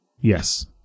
Yes